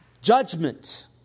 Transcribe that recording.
judgment